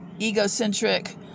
egocentric